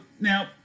now